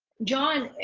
john,